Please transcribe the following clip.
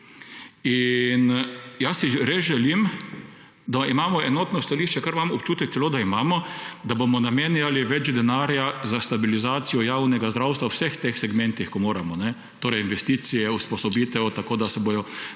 Res si želim, da imamo enotno stališče, ker imam občutek celo, da imamo, da bomo namenjali več denarja za stabilizacijo javnega zdravstva v vseh teh segmentih, ko moramo. Torej investicije, usposobitev, tako da se bodo